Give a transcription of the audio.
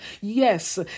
Yes